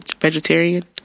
Vegetarian